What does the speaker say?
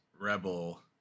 rebel